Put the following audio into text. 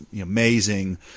amazing